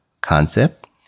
concept